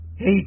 Hey